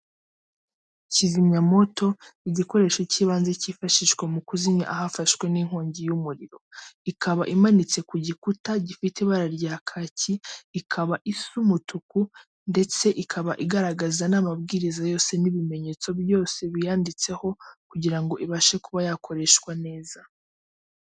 Kizimyamoto ni igikoresho cy'ibanze cyifashishwa mu kuzimya ahafashwe n'inkongi y'umuriro, ikaba imanitse ku gikuta gifite ibara rya kaki, ikaba isa umutuku ndetse ikaba igaragaza n'amabwiriza yose n'ibimenyetso byose biyanditseho kugira ngo ibashe kuba yakoreshwa neza.